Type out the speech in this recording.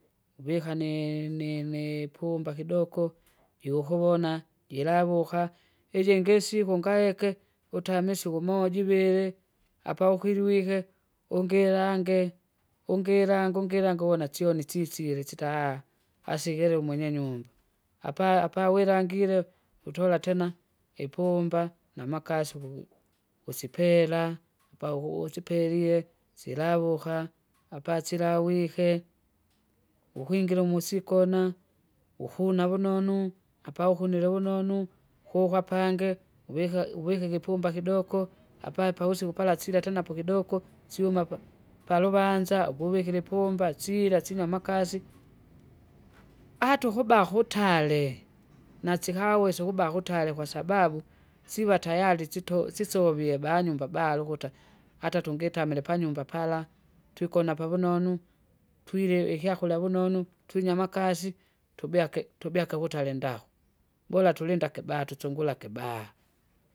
Uvika ni- ni- nini pumba kidoko, jikukuvona, jilavuka, ijingi isiku ngayeke, utamisiku moja iviri, apa ukijwike, ungilange, ungilange ungilange uona chione chitsile chitaha, asikile umwenye nyumba. Apa- apawilangire, utola tena, ipumba namakasi ukugi- usipela apaukugu usipelile silavuka, apa silawike, ukwingira umusikona, uhuna vunonu, apa uhunule vunonu hukapange, uvike uvike ikipumba kidoko, apa pavusiku pala sila tena pakidoko syuma pa- paluvanza ukuvikile ipumba sila sinamakasi. Ataukuba kutale, nasikawesa ukuba kutale kwasababu, sivatayari sito- sisovie vanyumba balukuta, atatungitile panyumba pala, twikona pavunonu, twile ikyakula vunonu, tuinywe amakasi, tubyake tubyake vutalindao. Bora tulinda kiba tusungura kibaa.